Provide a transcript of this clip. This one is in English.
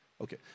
Okay